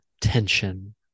tension